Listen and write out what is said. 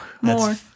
More